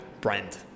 brand